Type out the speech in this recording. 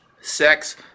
sex